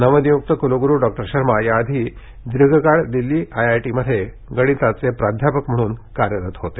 नवनियुक्त कुलगुरू डॉ शर्मा या आधी दीर्घकाळ दिल्ली आयआयटी मध्ये गणिताचे प्राध्यापक म्हणून कार्यरत होते